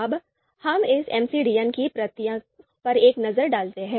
अब हम इस MCDM की प्रक्रिया पर एक नजर डालते हैं